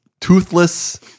toothless